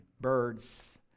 birds